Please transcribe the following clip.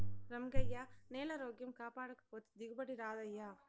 రంగయ్యా, నేలారోగ్యం కాపాడకపోతే దిగుబడి రాదయ్యా